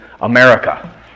America